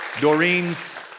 Doreen's